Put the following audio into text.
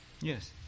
yes